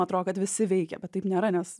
atrodo kad visi veikia bet taip nėra nes